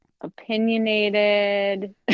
Opinionated